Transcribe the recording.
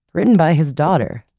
written by his daughter,